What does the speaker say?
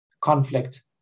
conflict